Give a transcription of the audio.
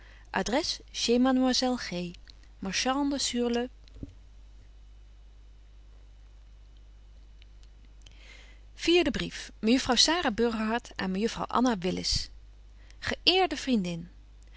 verbonden had aan